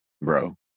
bro